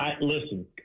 listen